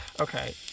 Okay